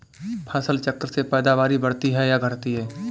फसल चक्र से पैदावारी बढ़ती है या घटती है?